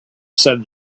said